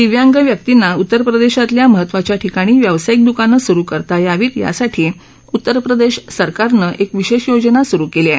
दिव्यांग व्यक्तींना उतर प्रदेशातल्या महत्वाच्या ठिकाणी व्यावसायिक द्कानं सुरु करता यावीत यासाठी उत्तर प्रदेश सरकारनं एक विशेष योजना स्रु केली आहे